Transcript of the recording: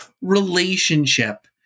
relationship